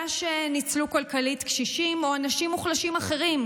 שניצלו כלכלית קשישים או אנשים מוחלשים אחרים,